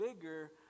bigger